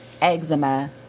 eczema